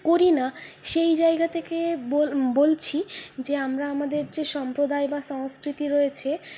করি না সেই জায়গা থেকে বল বলছি যে আমরা আমাদের যে সম্প্রদায় বা সংস্কৃতি রয়েছে